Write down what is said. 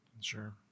Sure